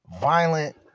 violent